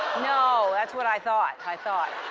no. that's what i thought. i thought.